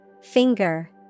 Finger